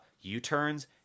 U-turns